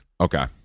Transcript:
Okay